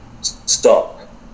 stop